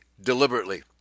deliberately